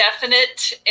definite